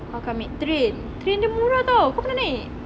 aku akan amek train train dia murah tau kau pernah naik